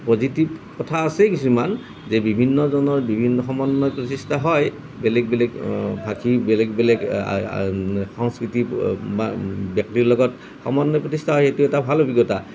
positive কথা আছে কিছুমান যে বিভিন্নজনৰ বিভিন্ন সমন্বয় প্ৰচেষ্টা হয় বেলেগ বেলেগ ভাষী বেলেগ বেলেগ সংস্কৃতি বা ব্যক্তিৰ লগত সমন্বয় প্ৰতিষ্ঠা হয় এইটো এটা ভাল অভিজ্ঞতা